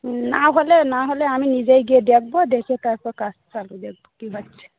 হুম নাহলে নাহলে আমি নিজেই গিয়ে দেখব দেখে তারপর কাজ চালু দেখব কী বাকি আছে